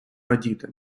радіти